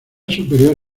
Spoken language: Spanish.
superior